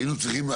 היינו צריכים,